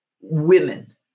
Women